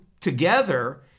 together